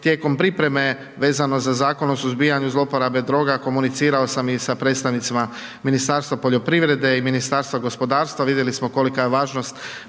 tijekom pripreme vezano za Zakon o suzbijanju zlouporabe droga komunicirao sam i sa predstavnicima Ministarstva poljoprivreda i Ministarstva gospodarstva, vidjeli smo kolika je važnost